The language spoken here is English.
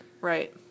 Right